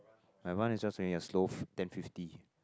my mom is just finish a slow ten fifty